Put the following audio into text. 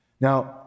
Now